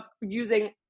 using